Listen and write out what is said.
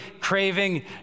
craving